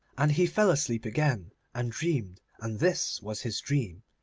and he fell asleep again and dreamed, and this was his dream.